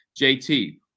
jt